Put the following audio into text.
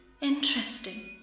Interesting